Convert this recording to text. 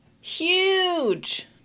Huge